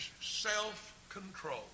self-control